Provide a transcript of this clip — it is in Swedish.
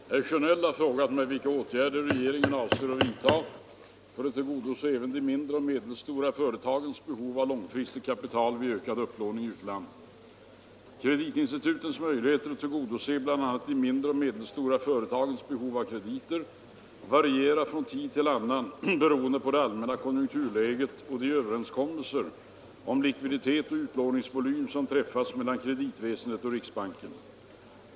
Herr talman! Herr Sjönell har frågat mig vilka åtgärder regeringen avser att vidta för att tillgodose även de mindre och medelstora företagens behov av långfristigt kapital vid ökad upplåning i utlandet. Kreditinstitutens möjligheter att tillgodose bl.a. de mindre och medelstora företagens behov av krediter varierar från tid till annan beroende på det allmänna konjunkturläget och de överenskommelser om likviditet och utlåningsvolym som träffas mellan kreditväsendet och riksbanken.